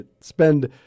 spend